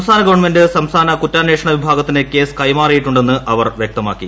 സംസ്ഥാന ഗവൺമെന്റ് സംസ്ഥാന കുറ്റാന്വേഷണ വിഭാഗത്തിന് കേസ് കൈമാറിയിട്ടുണ്ടെന്ന് അവർ വ്യക്തമാക്കി